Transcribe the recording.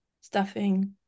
stuffing